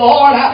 Lord